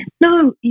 No